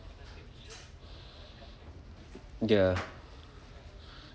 ya